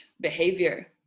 behavior